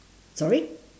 sorry